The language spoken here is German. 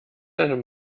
einem